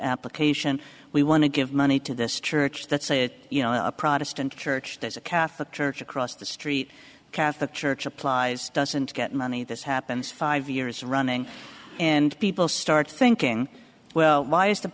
application we want to give money to this church that's a you know a protestant church there's a catholic church across the street catholic church applies doesn't get money this happens five years running and people start thinking well why is the